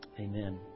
Amen